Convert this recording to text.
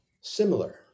similar